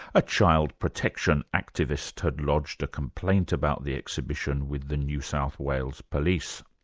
a child protection activist had lodged a complaint about the exhibition with the new south wales police.